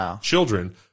children